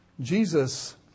Jesus